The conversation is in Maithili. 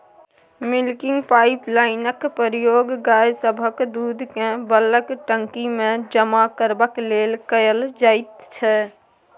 मिल्किंग पाइपलाइनक प्रयोग गाय सभक दूधकेँ बल्कक टंकीमे जमा करबाक लेल कएल जाइत छै